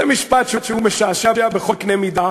זה משפט שהוא משעשע בכל קנה מידה.